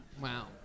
Wow